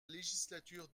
législature